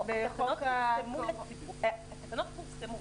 התקנות פורסמו.